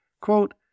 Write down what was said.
Quote